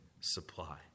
supply